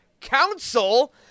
Council